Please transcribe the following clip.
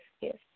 yes